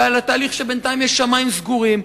ועל התהליך שבינתיים יש שמים סגורים.